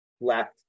left